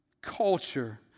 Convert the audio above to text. culture